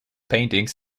paintings